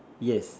yes